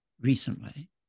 recently